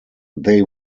they